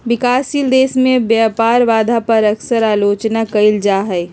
विकासशील देश में व्यापार बाधा पर अक्सर आलोचना कइल जा हइ